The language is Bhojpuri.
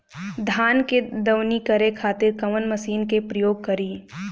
धान के दवनी करे खातिर कवन मशीन के प्रयोग करी?